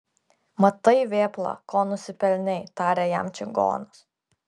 matai vėpla ko nusipelnei tarė jam čigonas